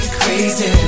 crazy